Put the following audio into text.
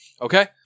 Okay